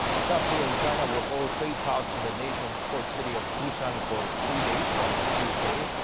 south korea and china will hold trade talks in the nation's port city of busan for three days, starting tuesday.